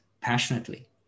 passionately